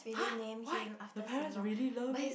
!huh! why the parents really love it